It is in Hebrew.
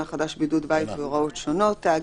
החדש) (בידוד בית והוראות שונות)(הוראת שעה),